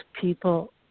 people